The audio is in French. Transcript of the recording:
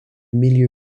milieu